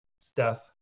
steph